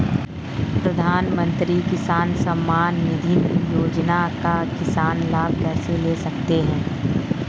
प्रधानमंत्री किसान सम्मान निधि योजना का किसान लाभ कैसे ले सकते हैं?